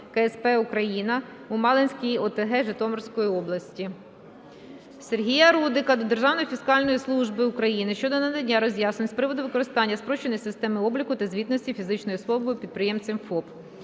Сергія Рудика до Державної фіскальної служби України щодо надання роз'яснень з приводу використання спрощеної системи, обліку та звітності фізичною особою підприємцем (ФОП).